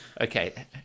Okay